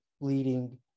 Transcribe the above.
leading